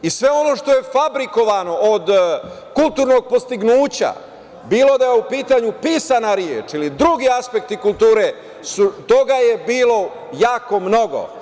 I sve ono što je fabrikovano od kulturnog postignuća, bilo da je u pitanju pisana reč ili drugi aspekti kulture, toga je bilo jako mnogo.